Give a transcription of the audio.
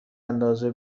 اندازه